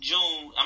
June